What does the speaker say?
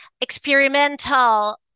experimental